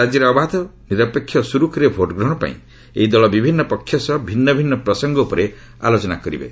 ରାଜ୍ୟରେ ଅବାଧ ନିରପେକ୍ଷ ଓ ସୁରୁଖୁରୁରେ ଭୋଟ୍ଗ୍ରହଣ ପାଇଁ ଏହି ଦଳ ବିଭିନ୍ନ ପକ୍ଷ ସହ ଭିନ୍ନ ଭିନ୍ନ ପ୍ରସଙ୍ଗ ଉପରେ ଆଲୋଚନା କରିବେ